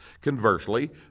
Conversely